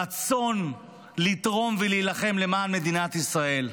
רצון לתרום ולהילחם למען מדינת ישראל.